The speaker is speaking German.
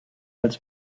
als